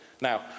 Now